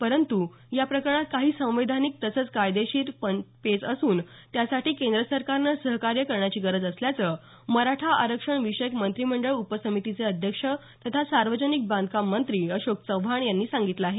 परंतु या प्रकरणात काही संवैधानिक तसंच कायदेशीर पेच असून त्यासाठी केंद्र सरकारनं सहकार्य करण्याची गरज असल्याचं मराठा आरक्षण विषयक मंत्रिमंडळ उपसमितीचे अध्यक्ष तथा सार्वजनिक बांधकाम मंत्री अशोक चव्हाण यांनी सांगितलं आहे